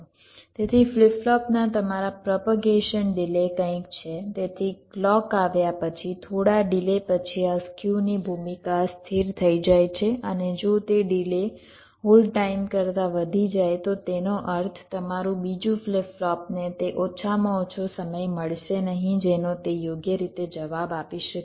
તેથી ફ્લિપ ફ્લોપના તમારા પ્રોપેગેશન ડિલે કંઈક છે તેથી ક્લૉક આવ્યા પછી થોડા ડિલે પછી આ સ્ક્યુની ભૂમિકા સ્થિર થઈ જાય છે અને જો તે ડિલે હોલ્ડ ટાઈમ કરતાં વધી જાય તો તેનો અર્થ તમારું બીજું ફ્લિપ ફ્લોપને તે ઓછામાં ઓછો સમય મળશે નહીં જેનો તે યોગ્ય રીતે જવાબ આપી શકે